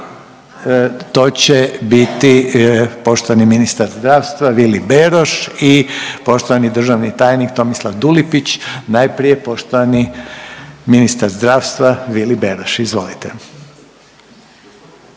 To će biti poštovani ministar zdravstva Vili Beroš i poštovani državni tajnik Tomislav Dulibić. Najprije poštovani ministar zdravstva Vili Beroš, izvolite.